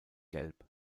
gelb